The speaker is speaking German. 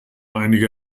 einige